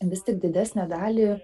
vis tik didesnę dalį